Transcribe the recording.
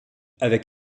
avec